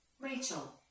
Rachel